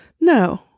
No